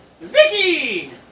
Vicky